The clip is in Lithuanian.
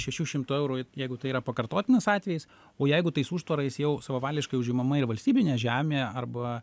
šešių šimtų eurų jeigu tai yra pakartotinas atvejis o jeigu tais užtvarais jau savavališkai užimama yra valstybinė žemė arba